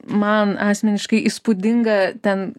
man asmeniškai įspūdinga ten